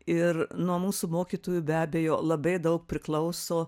ir nuo mūsų mokytojų be abejo labai daug priklauso